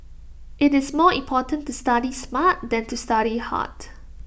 IT is more important to study smart than to study hard